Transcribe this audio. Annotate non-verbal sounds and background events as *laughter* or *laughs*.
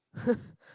*laughs*